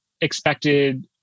expected